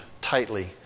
tightly